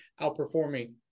outperforming